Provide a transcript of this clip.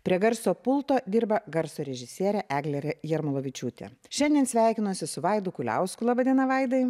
prie garso pulto dirba garso režisierė eglė jarmolavičiūtė šiandien sveikinuosi su vaidu kuliausku laba diena vaidai